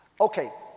Okay